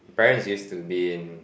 parents used to be in